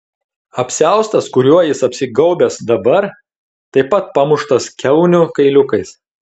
apsiaustas kuriuo jis apsigaubęs dabar taip pat pamuštas kiaunių kailiukais